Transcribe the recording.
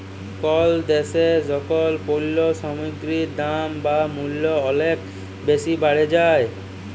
call দ্যাশে যখল পল্য সামগ্গির দাম বা মূল্য অলেক বেসি বাড়ে যায়